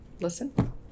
listen